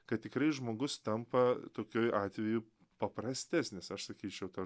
kad tikrai žmogus tampa tokioj atveju paprastesnis aš sakyčiau ta